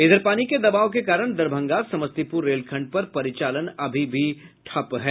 इधर पानी के दबाव के कारण दरभंगा समस्तीपुर रेलखंड पर परिचालन अभी भी ठप है